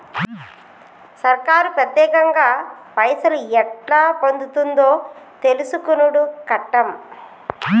సర్కారు పత్యేకంగా పైసలు ఎట్లా పొందుతుందో తెలుసుకునుడు కట్టం